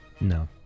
No